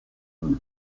douze